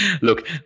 Look